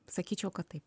sakyčiau kad taip